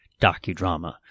docudrama